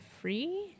free